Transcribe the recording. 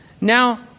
Now